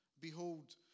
Behold